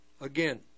again